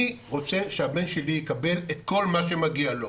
אני רוצה שהבן שלי יקבל את כל מה שמגיע לו,